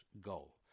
goal